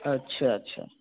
अच्छा अच्छा